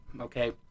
okay